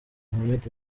mohammed